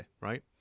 right